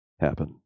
happen